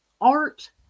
art